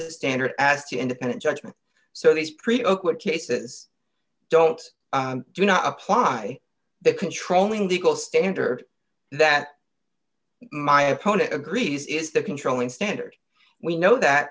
the standard as the independent judgment so these create oakwood cases don't do not apply that controlling the gold standard that my opponent agrees is the controlling standard we know that